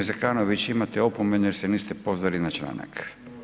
G. Zekanović, imate opomenu jer se niste pozvali na članak.